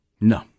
No